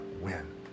win